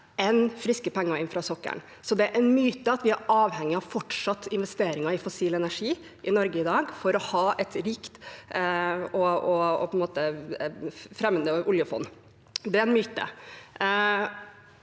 enn på friske penger inn fra sokkelen. Det er en myte at vi er avhengig av fortsatte investeringer i fossil energi i Norge i dag for å ha et rikt og fremmende oljefond. Det er en myte.